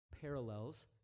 parallels